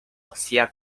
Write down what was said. ossia